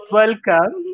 welcome